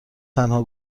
تنها